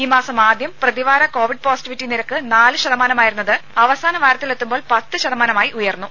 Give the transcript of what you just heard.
ഈ മാസം ആദ്യം പ്രതിവാര കോവിഡ് പോസിറ്റിവിറ്റി നിരക്ക് നാലു ശതമാനമായിരുന്നത് അവസാന വാരത്തിലെത്തുമ്പോൾ പത്തു ശതമാനമായി ഉയർന്നു